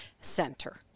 Center